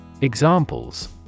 Examples